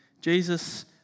Jesus